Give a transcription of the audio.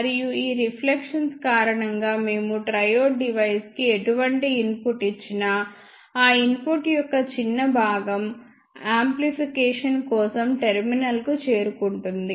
మరియు ఈ రిఫ్లెక్షన్స్ కారణంగా మేము ట్రయోడ్ డివైస్ కి ఎటువంటి ఇన్పుట్ ఇచ్చినా ఆ ఇన్పుట్ యొక్క చిన్న భాగం యాంప్లిఫికేషన్ కోసం టెర్మినల్కు చేరుకుంటుంది